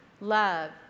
love